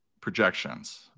projections